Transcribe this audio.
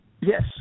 Yes